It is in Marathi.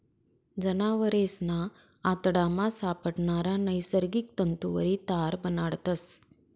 जनावरेसना आतडामा सापडणारा नैसर्गिक तंतुवरी तार बनाडतस